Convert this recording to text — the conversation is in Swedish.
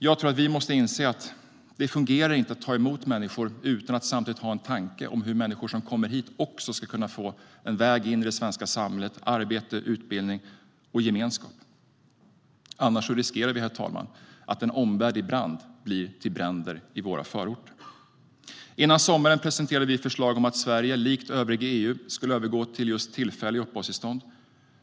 Jag tror att vi måste inse att det inte fungerar att ta emot människor utan att samtidigt ha en tanke om hur de som kommer hit ska kunna få en väg in i det svenska samhället, arbete, utbildning och gemenskap. Annars riskerar vi, herr talman, att en omvärld i brand blir till bränder i våra förorter. Före sommaren 2015 presenterade vi förslag om att Sverige likt övriga EU skulle övergå till just tillfälliga uppehållstillstånd.